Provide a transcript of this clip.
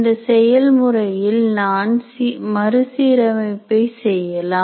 இந்த செயல்முறையில் நான் மறுசீரமைப்பை செய்யலாம்